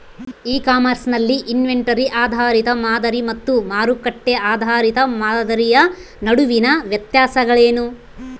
E commerce ನಲ್ಲಿ inventory ಆಧಾರಿತ ಮಾದರಿ ಮತ್ತು ಮಾರುಕಟ್ಟೆ ಆಧಾರಿತ ಮಾದರಿಯ ನಡುವಿನ ವ್ಯತ್ಯಾಸಗಳೇನು?